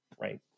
right